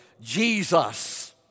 Jesus